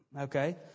Okay